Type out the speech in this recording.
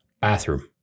bathroom